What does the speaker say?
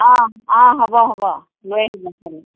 অহ অহ হ'ব হ'ব লৈ আহিব খালী